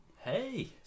hey